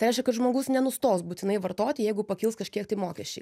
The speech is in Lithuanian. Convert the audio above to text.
tai reiškia kad žmogus nenustos būtinai vartoti jeigu pakils kažkiek mokesčiai